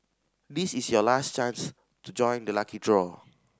this is your last chance to join the lucky draw